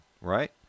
right